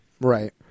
Right